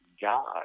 God